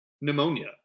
pneumonia